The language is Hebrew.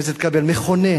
חבר הכנסת כבל: אירוע מכונן,